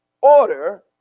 order